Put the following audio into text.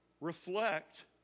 reflect